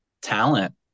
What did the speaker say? talent